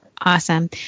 Awesome